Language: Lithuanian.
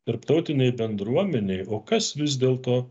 tarptautinei bendruomenei o kas vis dėlto